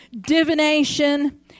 divination